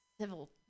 civil